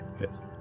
yes